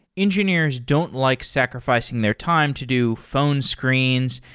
engineers don't like sacrificing their time to do phone screens,